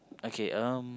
okay um